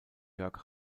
jörg